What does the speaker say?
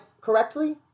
correctly